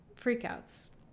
freakouts